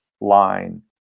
line